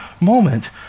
moment